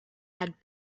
had